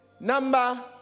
Number